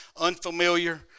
unfamiliar